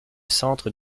centre